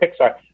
Pixar